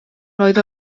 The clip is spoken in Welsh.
roedd